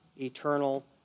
eternal